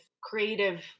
creative